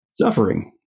suffering